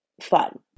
fun